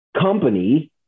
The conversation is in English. company